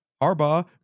arba